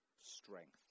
strength